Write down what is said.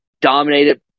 dominated